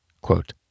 Quote